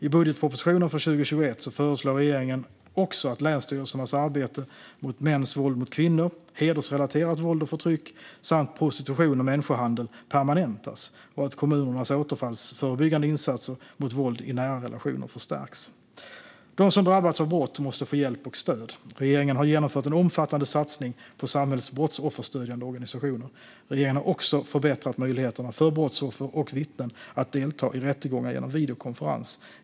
I budgetpropositionen för 2021 föreslår regeringen också att länsstyrelsernas arbete mot mäns våld mot kvinnor, hedersrelaterat våld och förtryck samt prostitution och människohandel permanentas och att kommunernas återfallsförebyggande insatser mot våld i nära relationer förstärks. De som drabbats av brott måste få hjälp och stöd. Regeringen har genomfört en omfattande satsning på samhällets brottsofferstödjande organisationer. Regeringen har också förbättrat möjligheterna för brottsoffer och vittnen att delta i rättegångar genom videokonferens.